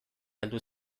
heldu